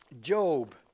Job